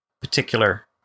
particular